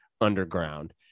underground